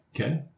Okay